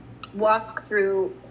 walkthrough